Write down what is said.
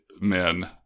men